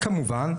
כמובן,